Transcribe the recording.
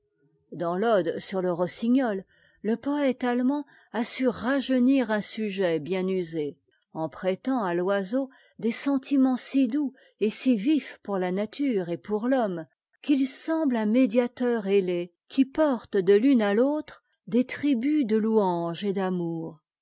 dans l'ode sur le rossignol le poète allemand a su'rajeunir un sujet bien usé en prêtant à l'oiseau des sentiments si doux et si vifs pour ia nature et pour l'homme qu'il semble un médiateur ailé qui porte de l'une à l'autre des tributs de louange et d'amour